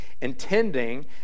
intending